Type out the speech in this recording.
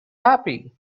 happy